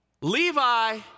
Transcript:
Levi